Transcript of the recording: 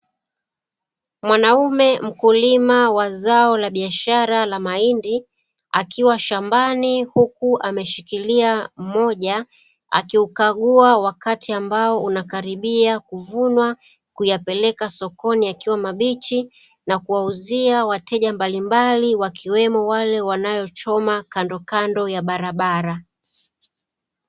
Mwanaume mkulima wa zao la biashara la mahindi, akiwa shambani huku ameshikilia mmoja, akiukagua wakati ambao unakalibia kuvunwa kuyapeleka sokoni yakiwa mabichi, na kuwauzia wateja mbalimbali, wakiwemo wale wanaochoma kandokando ya barabara.